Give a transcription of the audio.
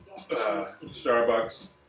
Starbucks